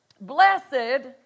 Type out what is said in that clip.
Blessed